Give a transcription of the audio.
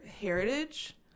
heritage